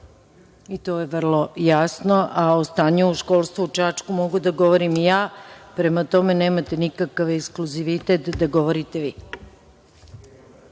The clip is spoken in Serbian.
To je vrlo jasno, a o stanju u školstvu u Čačku mogu da govorim i ja. Prema tome, nemate nikakav ekskluzivitet da govorite vi.